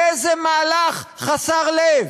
איזה מהלך חסר לב,